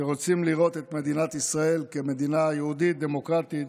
שרוצים לראות את מדינת ישראל כמדינה יהודית דמוקרטית,